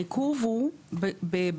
העיכוב הוא בשרשרת.